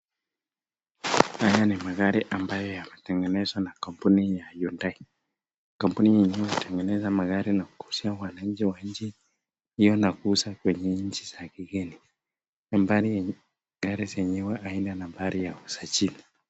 Haya ni magari ambayo yametengenezwa na kampuni ya Yundai .Kampuni yenyewe hutengeneza magari na kuuzia wananchi wa nchi hiyo na kuuza kwenye nchi za kigeni. Gari zenyewe haina nambari ya usajili.